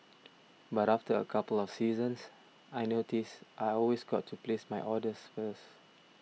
but after a couple of seasons I noticed I always got to place my orders first